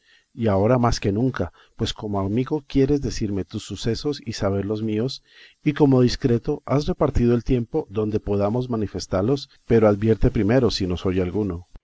y ahora más que nunca pues como amigo quieres decirme tus sucesos y saber los míos y como discreto has repartido el tiempo donde podamos manifestallos pero advierte primero si nos oye alguno